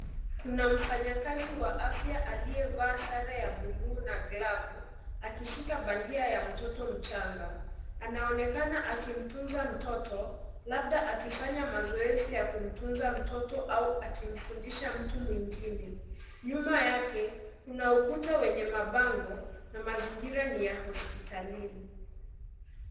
Kuna mfanyakazi wa afya aliyevaa sare ya buluu na glavu akishika bandia ya mtoto mchanga. Anaonekana akimtuza mtoto labda akifanya mazoezi ya kumtuza mtoto au akimfundisha mtu mwingine. Nyuma yake kuna ukuta wenye mabango na mazingira ni ya hospitalini.